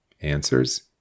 Answers